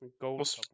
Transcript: Gold